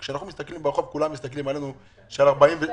כשאנחנו הולכים ברחוב מסתכלים עלינו ואומרים